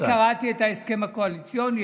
אני קראתי את ההסכם הקואליציוני,